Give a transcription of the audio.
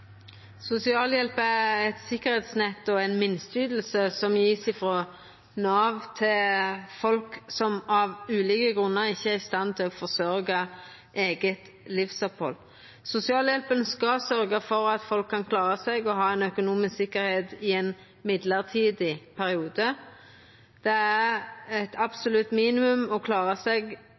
Sosialhjelp er eit sikkerheitsnett og ei minsteyting som vert gjeven frå Nav til folk som av ulike grunnar ikkje er i stand til å forsørgja seg sjølve. Sosialhjelpa skal sørgja for at folk kan klara seg og ha ei økonomisk sikkerheit i ein avgrensa periode. Det er eit absolutt